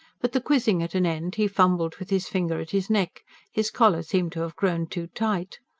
but, the quizzing at an end, he fumbled with his finger at his neck his collar seemed to have grown too tight.